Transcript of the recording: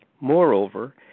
Moreover